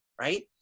right